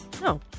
No